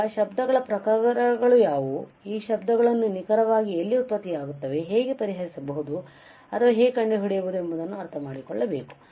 ಈಗ ಶಬ್ದಗಳ ಪ್ರಕಾರಗಳು ಯಾವುವು ಈ ಶಬ್ದಗಳು ನಿಖರವಾಗಿ ಎಲ್ಲಿ ಉತ್ಪತ್ತಿಯಾಗುತ್ತವೆಹೇಗೆ ಪರಿಹರಿಸಬಹುದು ಅಥವಾ ಹೇಗೆ ಕಂಡುಹಿಡಿಯಬಹುದು ಎಂಬುದನ್ನು ಅರ್ಥಮಾಡಿಕೊಳ್ಳಬೇಕು